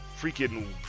freaking